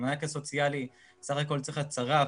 במענק הסוציאלי סך הכול צריך הצהרה,